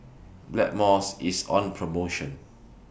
Blackmores IS on promotion